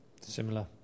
Similar